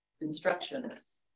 instructions